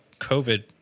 COVID